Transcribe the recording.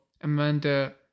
Amanda